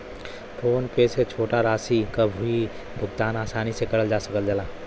phone पे से छोटा राशि क भी भुगतान आसानी से करल जा सकल जाला